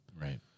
Right